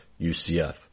UCF